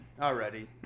already